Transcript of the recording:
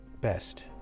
best